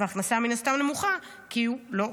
וההכנסה מן הסתם נמוכה כי הוא לא עובד.